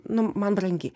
nu man brangi